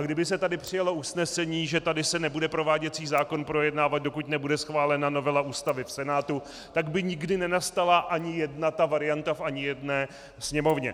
Kdyby se tady přijalo usnesení, že tady se nebude prováděcí zákon projednávat, dokud nebude schválena novela Ústavy v Senátu, tak by nikdy nenastala ani jedna ta varianta v ani jedné sněmovně.